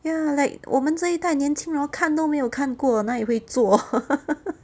ya like 我们这一代年轻人 hor 看都没有看过哪里会做